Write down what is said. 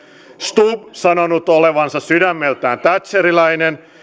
stubb sanonut olevansa sydämeltään thatcherilainen